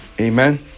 Amen